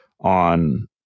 on